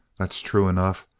that's true enough.